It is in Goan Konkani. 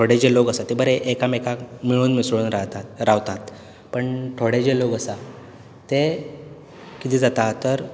थोडे जे लोक आसा ते बरे एकामेकांक मेळून मिसळून रातात रावतात पण थोडे जे लोक आसा ते कितें जाता तर